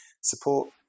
support